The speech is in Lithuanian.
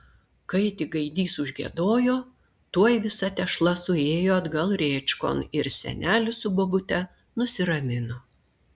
kai tik gaidys užgiedojo tuoj visa tešla suėjo atgal rėčkon ir senelis su bobute nusiramino